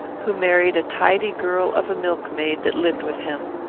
who married a tidy girl of a milkmaid that lived with him.